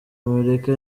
amerika